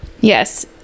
yes